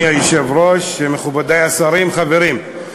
אדוני היושב-ראש, מכובדי השרים, חברים,